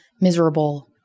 miserable